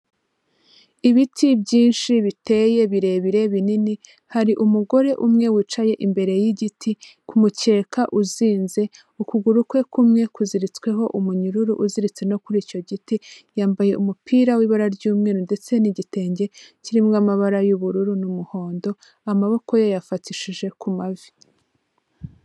Ibiti byinshi biteye birebire binini, hari umugore umwe wicaye imbere y'igiti ku mukeka uzinze, ukuguru kwe kumwe kuziritsweho umunyururu uziritse no kuri icyo giti, yambaye umupira w'ibara ry'umweru ndetse n'igitenge kirimo amabara y'ubururu n'umuhondo, amaboko ye yayafatishije ku mavi.